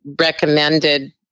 recommended